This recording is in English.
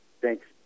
Thanks